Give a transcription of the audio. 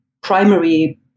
primary